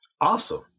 awesome